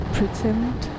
Pretend